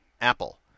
Apple